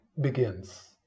begins